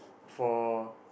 for